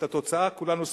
את התוצאה כולנו סובלים.